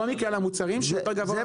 לא מכלל המוצרים, שהוא יותר גבוה מהממוצע.